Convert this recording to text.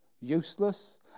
useless